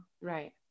right